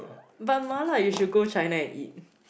but mala you should go China and eat